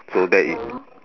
so that is